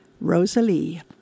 Rosalie